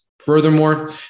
Furthermore